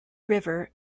river